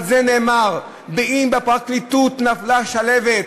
על זה נאמר: אם בפרקליטות נפלה שלהבת,